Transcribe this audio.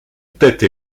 tête